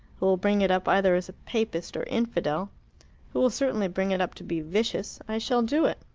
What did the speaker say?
who will bring it up either as papist or infidel who will certainly bring it up to be vicious i shall do it.